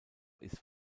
ist